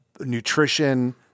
nutrition